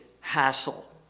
hassle